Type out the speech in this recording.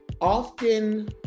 often